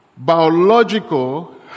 biological